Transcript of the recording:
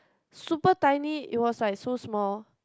super tiny it was like so small